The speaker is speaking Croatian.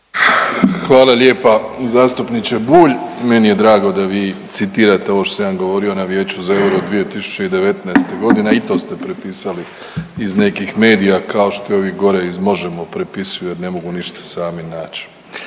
Hvala lijepa. Zastupniče Bulj, meni je drago da vi citirate ovo što sam ja govorio na Vijeću za euro 2019.g. i to ste prepisali iz nekih medija, kao što i ovi gore iz Možemo! prepisuju jer ne mogu ništa sami nać.